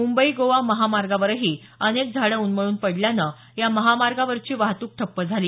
मुंबई गोवा महामार्गावरही अनेक झाडं उन्मळून पडल्यानं या महामार्गावरची वाहतूक ठप्प झाली